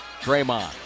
Draymond